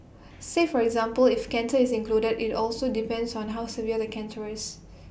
say for example if cancer is included IT also depends on how severe the cancer is